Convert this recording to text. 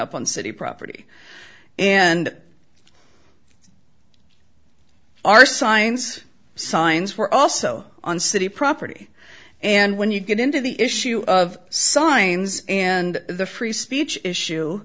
up on city property and our signs signs were also on city property and when you get into the issue of signs and the free speech issue